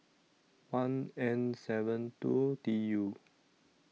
one N seven two T U